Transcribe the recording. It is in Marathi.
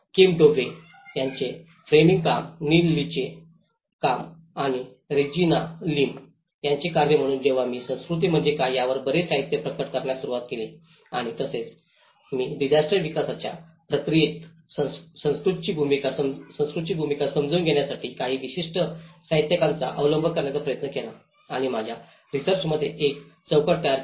किम डोव्हेKim Dovey's यांचे फ्रेमिंग काम नील लीचे काम आणि रेजिना लिमRegina Lim's यांचे कार्य म्हणूनच जेव्हा मी संस्कृती म्हणजे काय यावर बरेच साहित्य प्रकट करण्यास सुरवात केली आणि तेव्हाच मी डिसास्टर विकासाच्या प्रक्रियेत संस्कृतीची भूमिका समजून घेण्यासाठी काही विशिष्ट साहित्यिकांचा अवलंब करण्याचा प्रयत्न केला आणि माझ्या रिसर्चात एक चौकट तयार केली